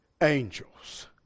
angels